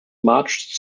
marched